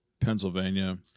Pennsylvania